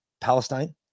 palestine